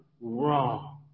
wrong